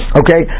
okay